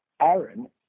Aaron